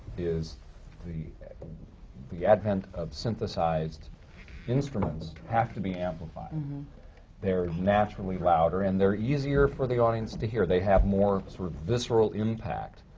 is the the advent of synthesized instruments, have to be amplified. and and they're naturally louder, and they're easier for the audience to hear. they have more sort of visceral impact.